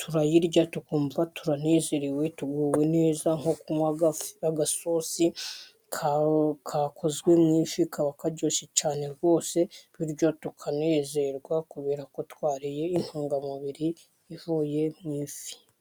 turayirya tukumva turanezerewe, tuguwe neza nko kunywa agasosi kakozwe mu ifi kaba karyoshye cyane rwose, bityo tukanezerwa kubera ko twariye intungamubiri ivuye mu ifi.